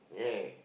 !yay!